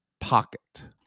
pocket